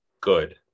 Good